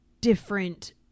different